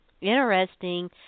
interesting